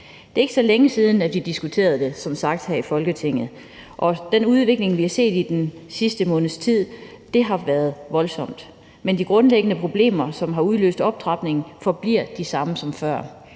sagt ikke så længe siden, vi diskuterede det her i Folketinget. Den udvikling, vi har set i den sidste måneds tid, har været voldsom, men de grundlæggende problemer, som har udløst optrapningen, forbliver de samme som før.